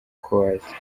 kuwait